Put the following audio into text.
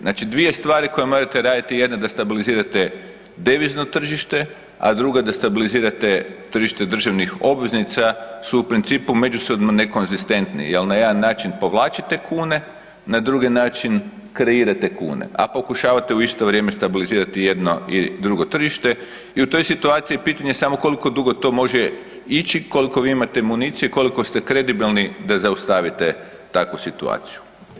Znači dvije stvari koje morate raditi, jedna da stabilizirate devizno tržište a druga da stabilizirate tržište državnih obveznica su u principu međusobno nekonzistentni, jel, na jedan način povlačite kune, na drugi način kreirate kune a pokušavate u isto vrijeme stabilizirate jedno i drugo tržište i u toj situaciji pitanje je samo koliko dugo to može ići, koliko vi imate municije, koliko ste kredibilni da zaustavite takvu situaciju.